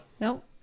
Nope